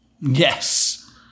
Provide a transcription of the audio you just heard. Yes